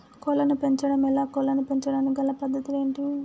కోళ్లను పెంచడం ఎలా, కోళ్లను పెంచడానికి గల పద్ధతులు ఏంటివి?